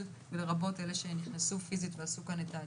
לרבות אלה שנכנסו פיזית ועשו כאן את הבדיקות.